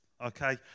okay